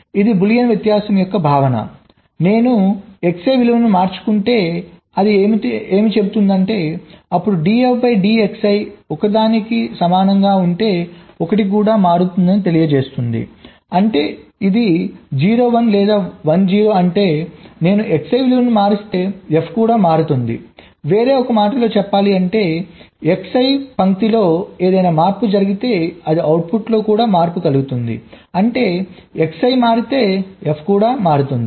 ఇది బూలియన్ వ్యత్యాసం యొక్క భావన నేను Xi విలువను మార్చుకుంటే అది ఏమి చెబుతుందంటే అప్పుడు df dXi ఒకదానికి సమానంగా ఉంటే f కూడా మారుతుందని తెలియజేస్తుంది అంటే ఇది 0 1 లేదా 1 0 అంటే నేను Xi విలువను మారిస్తే ఎఫ్ కూడా మారుతోందివేరే ఒక మాటలో చెప్పాలి అంటే Xi పంక్తిలో ఏదైనా మార్పుజరిగితే అది అవుట్పుట్ లో కూడా మార్పు కలుగుతుంది అంటే Xi మారితే f కూడా మారుతుంది